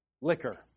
liquor